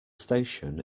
station